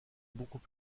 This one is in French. beaucoup